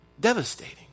Devastating